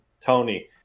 Tony